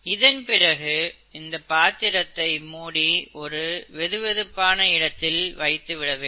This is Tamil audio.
இதன் பிறகு இந்தப் பாத்திரத்தை மூடி ஒரு வெதுவெதுப்பான இடத்தில் வைத்துவிட வேண்டும்